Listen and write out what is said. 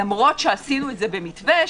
למרות שעשינו את זה במתווה,